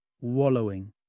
wallowing